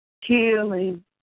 Healing